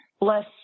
less